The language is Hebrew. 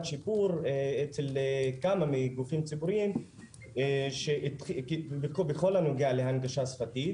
שיפור אצל כמה מהגופים הציבוריים שבכל הנוגע להנגשה שפתית,